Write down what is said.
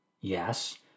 Yes